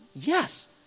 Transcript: Yes